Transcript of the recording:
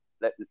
let